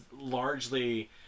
largely